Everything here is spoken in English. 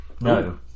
No